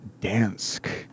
Dansk